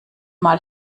mal